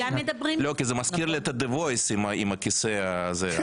זה מזכיר לי את דה-וויס עם הכיסא הזה.